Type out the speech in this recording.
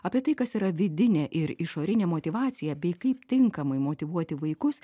apie tai kas yra vidinė ir išorinė motyvacija bei kaip tinkamai motyvuoti vaikus